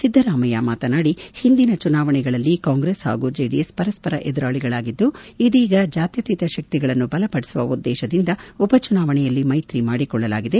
ಸಿದ್ದರಾಮಯ್ಯ ಮಾತನಾದಿ ಹಿಂದಿನ ಚುನಾವಣೆಗಳಲ್ಲಿ ಕಾಂಗ್ರೆಸ್ ಹಾಗೂ ಜೆಡಿಎಸ್ ಪರಸ್ವರ ಎದುರಾಳಿಗಳಾಗಿದ್ದು ಇದೀಗ ಜಾತ್ಯಾತೀತ ಶಕ್ತಿಗಳನ್ನು ಬಲಪದಿಸುವ ಉದ್ದೇಶದಿಂದ ಉಪಚುನಾವಣೆಯಲ್ಲಿ ಮೈತ್ರಿ ಮಾಡಿಕೊಳ್ಳಲಾಗಿದೆ